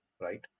right